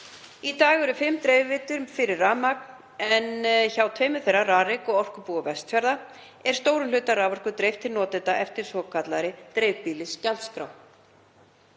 Í dag eru fimm dreifiveitur fyrir rafmagn en hjá tveimur þeirra, Rarik og Orkubúi Vestfjarða, er stórum hluta raforku dreift til notenda eftir svokallaðri dreifbýlisgjaldskrá.